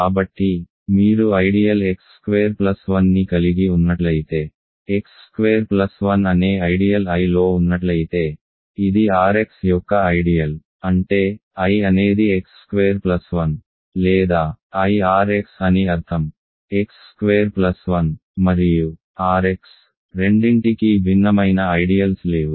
కాబట్టి మీరు ideal x square plus 1ని కలిగి ఉన్నట్లయితే x స్క్వేర్ ప్లస్ 1 అనే ఐడియల్ I లో ఉన్నట్లయితే ఇది R x యొక్క ఐడియల్ అంటే I అనేది x స్క్వేర్ ప్లస్ 1 లేదా I R x అని అర్థం x స్క్వేర్ ప్లస్ 1 మరియు R x రెండింటికీ భిన్నమైన ఐడియల్స్ లేవు